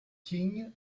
king